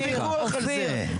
אין ויכוח על זה.